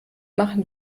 machen